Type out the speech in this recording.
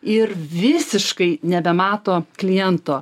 ir visiškai nebemato kliento